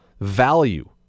value